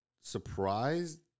surprised